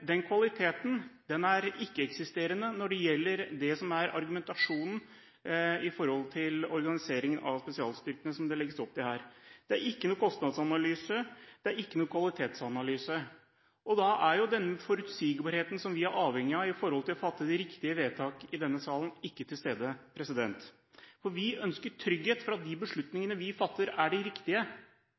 Den kvaliteten er ikke-eksisterende når det gjelder argumentasjonen for organiseringen av spesialstyrkene som det legges opp til her. Det er ingen kostnadsanalyser eller kvalitetsanalyser her. Da er den forutsigbarheten vi er avhengig av for å kunne fatte riktige vedtak her i salen, ikke til stede. Vi ønsker trygghet for at de beslutningene vi fatter, er de riktige.